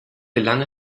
gelang